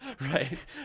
Right